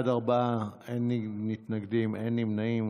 בעד, ארבעה, אין מתנגדים, אין נמנעים.